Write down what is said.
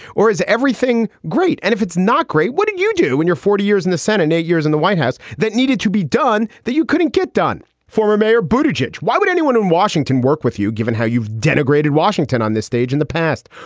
or is everything great? and if it's not great, what did you do when your forty years in the senate? eight years in the white house that needed to be done that you couldn't get done? former mayor, buddah jej. why would anyone in washington work with you? given how you've denigrated washington on this stage in the past,